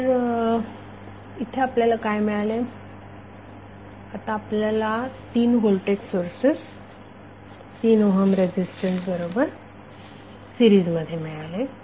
तर येथे आपल्याला काय मिळाले आता आपल्याला 3 व्होल्टेज सोर्सेस 3 ओहम रेझिस्टन्स सोबत सीरिज मध्ये मिळाले